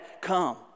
come